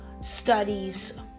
studies